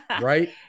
right